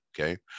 Okay